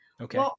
Okay